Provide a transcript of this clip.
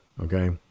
Okay